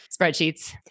spreadsheets